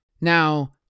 Now